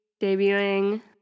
debuting